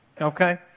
okay